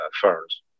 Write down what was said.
Ferns